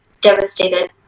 devastated